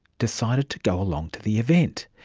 decided to go along to the event.